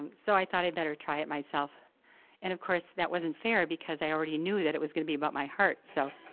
um so, i thought i better try it myself. and of course, that wasn't fair because i already knew that it was going to be about my heart, so.